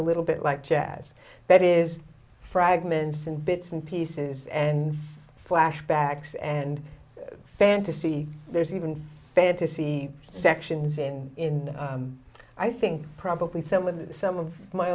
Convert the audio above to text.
a little bit like jazz that is fragments and bits and pieces and flashbacks and fantasy there's even fantasy sections in i think probably some with some of m